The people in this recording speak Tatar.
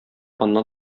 аннан